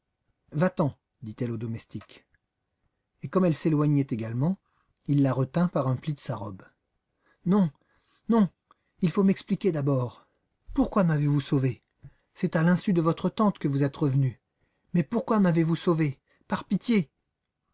va-t'en dit-il au domestique et comme elle s'éloignait également il la retint par un pli de sa robe non non il faut m'expliquer d'abord pourquoi m'avez-vous sauvé c'est à l'insu de votre tante que vous êtes revenue mais pourquoi m'avez-vous sauvé par pitié